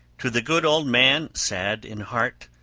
to the good old man sad in heart,